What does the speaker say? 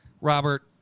Robert